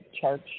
church